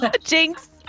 Jinx